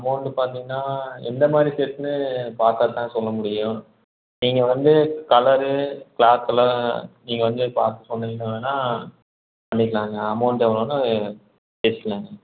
amount பாத்திங்கன்னா எந்த மாதிரி செட்டுனு பார்த்தாதான் சொல்ல முடியும் நீங்கள் வந்து கலரு கிளாத்துலாம் நீங்கள் வந்து பார்த்து சொன்னிங்கனா வேணுனா பண்ணிக்கலாம்ங்க அமௌண்ட் எவ்வளோனு பேசலாம்